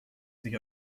sich